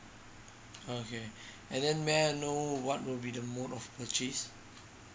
okay and then may I know what will be the mode of purchase